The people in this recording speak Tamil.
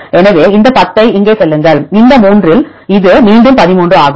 எனவே இந்த 10 ஐ இங்கே செல்லுங்கள் இந்த 3 இல் இது மீண்டும் 13 ஆகும்